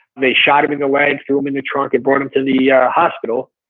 they shot him in the leg. threw him in the trunk and brought him to the yeah hospital,